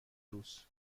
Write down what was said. روز